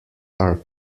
are